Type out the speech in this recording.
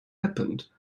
happened